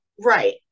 Right